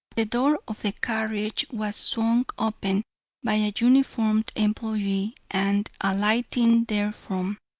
the door of the carriage was swung open by a uniformed employee, and, alighting therefrom,